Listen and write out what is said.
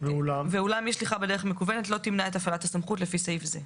ואולם אי שליחה בדרך מקוונת לא תמנע את הפעלת הסמכות לפי סעיף זה."